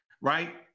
right